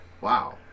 Wow